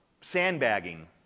sandbagging